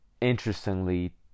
interestingly